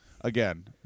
Again